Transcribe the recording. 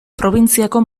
probintziako